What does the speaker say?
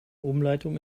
umleitung